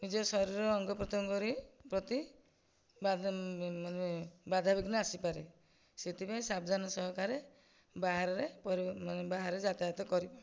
ନିଜ ଶରୀର ଅଙ୍ଗପ୍ରତ୍ୟଙ୍ଗରେ ପ୍ରତି ବାଧା ମାନେ ବାଧାବିଘ୍ନ ଆସିପାରେ ସେଥିପାଇଁ ସାବଧାନ ସହକାରେ ବାହାରରେ ପରି ମାନେ ବାହାରେ ଯାତାୟାତ କରିବ